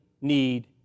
need